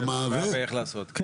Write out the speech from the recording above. כן.